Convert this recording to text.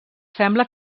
sembla